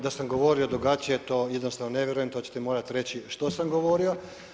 Da sam govorio drugačije to jednostavno ne vjerujem, to ćete morati reći što sam govorio.